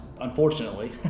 unfortunately